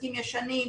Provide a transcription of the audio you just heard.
עסקים ישנים,